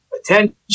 attention